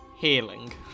healing